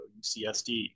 UCSD